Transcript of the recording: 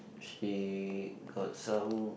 she got some